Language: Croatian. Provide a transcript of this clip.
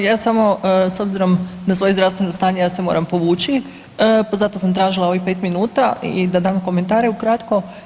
Pa evo, ja samo, s obzirom na svoje zdravstveno stanje, ja se moram povući pa zato sam tražila ovih 5 minuta i da dam komentare ukratko.